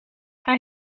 hij